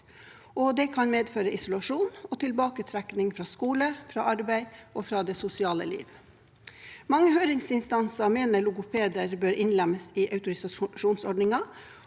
Det kan medføre isolasjon og tilbaketrekning fra skole, fra arbeid og fra det sosiale liv. Mange høringsinstanser mener logopeder bør innlemmes i autorisasjonsordningen,